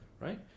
right